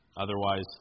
Otherwise